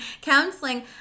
counseling